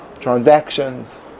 transactions